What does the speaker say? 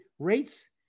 rates